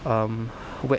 um wet